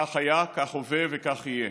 כך היה, כך הווה וכך יהיה.